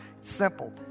Simple